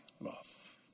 Love